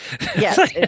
Yes